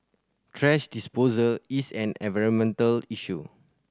thrash disposal is an environmental issue